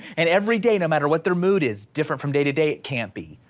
and every day, no matter what their mood is different from day to day, it can't be.